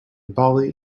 bali